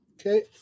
Okay